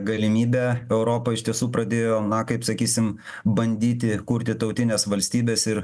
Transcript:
galimybę europa iš tiesų pradėjo na kaip sakysim bandyti kurti tautines valstybes ir